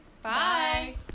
Bye